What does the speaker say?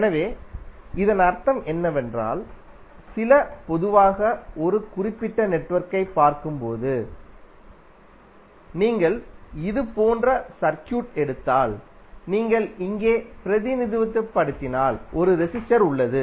எனவே இதன் அர்த்தம் என்னவென்றால் சில பொதுவாக ஒரு குறிப்பிட்ட நெட்வொர்க்கைப் பார்க்கும்போது நீங்கள் இது போன்ற சர்க்யூட் எடுத்தால் நீங்கள் இங்கே பிரதிநிதித்துவப்படுத்தினால் ஒரு ரெசிஸ்டர் உள்ளது